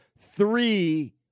three